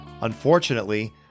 Unfortunately